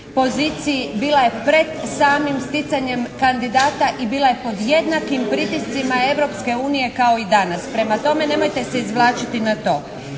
poziciji. Bila je pred samim sticanjem kandidata i bila je pod jednakim pritiscima Europske unije kao i danas. Prema tome nemojte se izvlačiti na to.